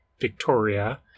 Victoria